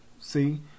see